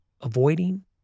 avoiding